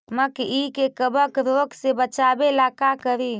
मकई के कबक रोग से बचाबे ला का करि?